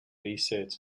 research